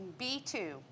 b2